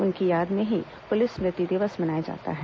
उनकी याद में ही पुलिस स्मृति दिवस मनाया जाता है